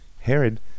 Herod